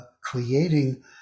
creating